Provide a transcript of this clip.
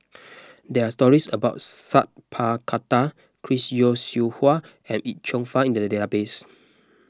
there are stories about Sat Pal Khattar Chris Yeo Siew Hua and Yip Cheong Fun in the database